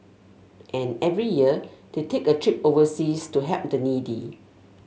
and every year they take a trip overseas to help the needy